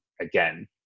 again